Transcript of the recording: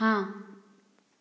हाँ